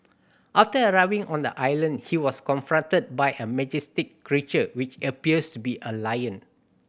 after arriving on the island he was confronted by a majestic creature which appears to be a lion